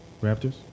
Raptors